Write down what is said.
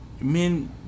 Men